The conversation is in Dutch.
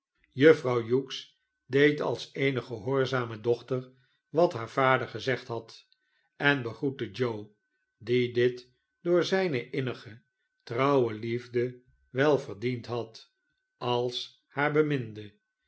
juffrouw hughes deed als eene gehoorzame dochter wat haar vader gezegd had en begroette joe die dit door zjjne innige trouwe liefde wel verdiend had als haar beminde